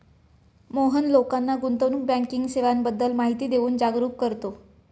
मोहन लोकांना गुंतवणूक बँकिंग सेवांबद्दल माहिती देऊन जागरुक करतो